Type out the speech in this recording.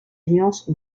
alliance